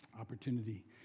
opportunity